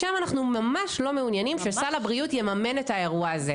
שם אנחנו ממש לא מעוניינים שסל הבריאות יממן את האירוע הזה.